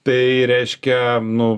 tai reiškia nu